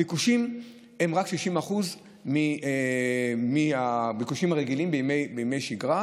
הביקושים הם רק 60% מהביקושים הרגילים בימי שגרה,